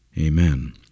Amen